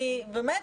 באמת,